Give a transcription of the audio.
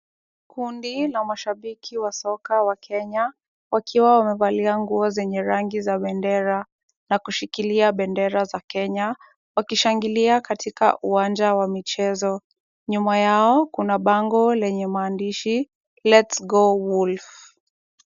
Kundi la mashabiki wa soka wa Kenya, wakiwa wamevalia nguo zenye rangi za bendera na kushikilia bendera za Kenya, wakishangilia katika uwanja wa michezo. Nyuma yao, kuna bango lenye maandishi, lets go wolf .